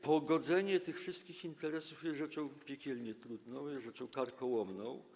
Pogodzenie tych wszystkich interesów jest rzeczą piekielnie trudną, jest rzeczą karkołomną.